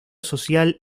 social